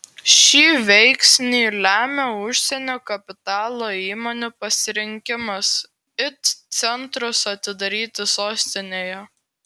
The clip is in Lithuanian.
šį veiksnį lemia užsienio kapitalo įmonių pasirinkimas it centrus atidaryti sostinėje